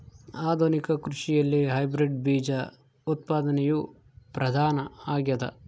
ಆಧುನಿಕ ಕೃಷಿಯಲ್ಲಿ ಹೈಬ್ರಿಡ್ ಬೇಜ ಉತ್ಪಾದನೆಯು ಪ್ರಧಾನ ಆಗ್ಯದ